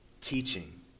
teaching